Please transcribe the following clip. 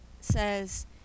says